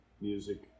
music